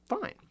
fine